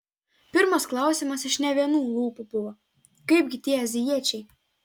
pirmas klausimas iš ne vienų lūpų buvo kaipgi tie azijiečiai